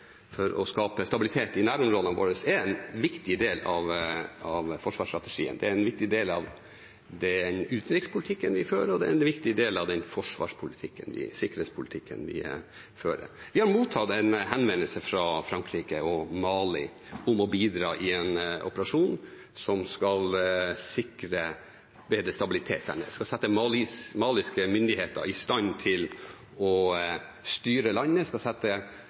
for å skape stabilitet i nærområdene våre er en viktig del av forsvarsstrategien. Det er en viktig del av den utenrikspolitikken vi fører, og det er en viktig del av den forsvars- og sikkerhetspolitikken vi fører. Vi har mottatt en henvendelse fra Frankrike og Mali om å bidra i en operasjon som skal sikre bedre stabilitet der nede. Den skal sette maliske myndigheter i stand til å styre landet, den skal sette